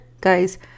Guys